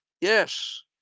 yes